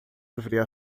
deveria